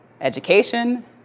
Education